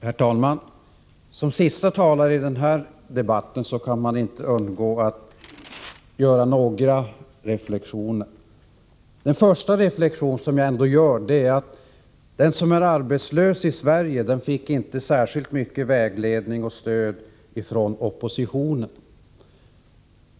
Herr talman! Såsom siste talare på talarlistan till denna debatt kan jag inte undgå att göra några reflexioner. Den första är att den som är arbetslös i Sverige inte får särskilt stor vägledning eller stöd av oppositionen.